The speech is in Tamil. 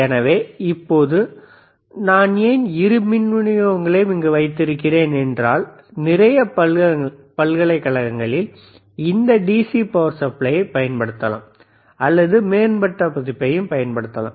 எனவே இப்போது நான் ஏன் இரு மின் விநியோகங்களையும் இங்கு வைத்திருக்கிறேன் என்றால் நிறைய பல்கலைக்கழகங்களில் இந்த டிசி பவர் சப்ளையை பயன்படுத்தலாம் அல்லது மேம்பட்ட பதிப்பைப் பயன்படுத்தலாம்